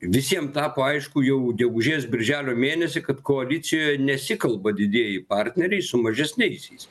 visiem tapo aišku jau gegužės birželio mėnesį kad koalicijoje nesikalba didieji partneriai su mažesniaisiais